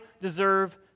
deserve